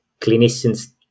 clinicians